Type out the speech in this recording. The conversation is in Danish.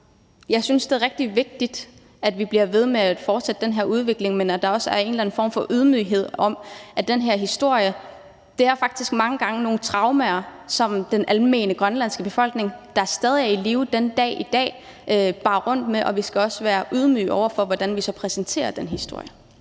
Jeg synes, det er rigtig vigtigt, at vi bliver ved med at fortsætte den udvikling, men at der også er en eller anden form for ydmyghed, i forhold til at den her historie faktisk mange gange rummer nogle traumer, som dele af den almene grønlandske befolkning, som stadig er i live den dag i dag, bærer rundt på. Så vi skal også være ydmyge over for, hvordan vi så præsenterer den historie.